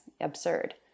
absurd